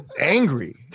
angry